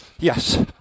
Yes